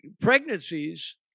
pregnancies